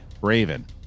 Raven